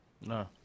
No